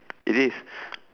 it is